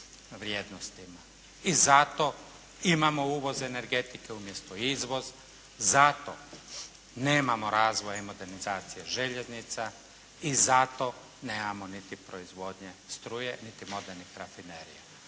i zato imamo uvoz energetike umjesto izvoz, zato nemamo razvoja i modernizacije željeznica i zato nemamo niti proizvodnje struje niti modernih rafinerija.